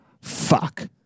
fuck